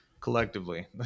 collectively